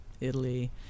Italy